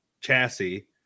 chassis